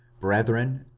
brethren,